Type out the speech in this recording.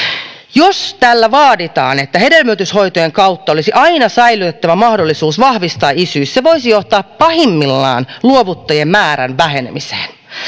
jos täällä vaaditaan että hedelmöityshoitojen kautta olisi aina säilytettävä mahdollisuus vahvistaa isyys se voisi johtaa pahimmillaan luovuttajien määrän vähenemiseen